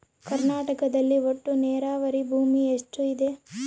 ಕರ್ನಾಟಕದಲ್ಲಿ ಒಟ್ಟು ನೇರಾವರಿ ಭೂಮಿ ಎಷ್ಟು ಇದೆ?